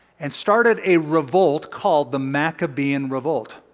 and started a revolt called the maccabean revolt.